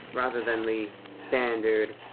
rather than the standard